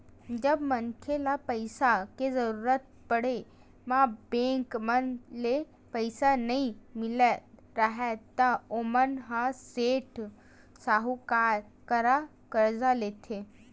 जब मनखे ल पइसा के जरुरत पड़े म बेंक मन ले पइसा नइ मिलत राहय ता ओमन ह सेठ, साहूकार करा करजा लेथे